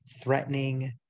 threatening